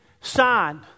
signed